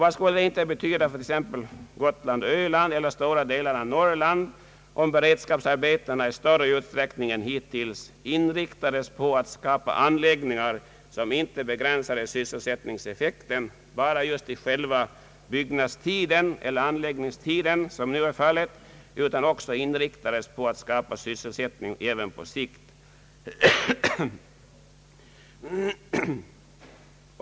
Vad skulle inte detta kunna betyda för t. ex Gotland eller Öland eller stora delar av Norrland om beredskapsarbeten i större utsträckning än hittills inriktades på att åstadkomma anläggningar som inte begränsar sysselsättningseffekten enbart till själva byggnadstiden eller anläggningstiden som nu är fallet utan också inriktades på att skapa sysselsättning även på längre sikt.